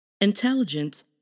Intelligence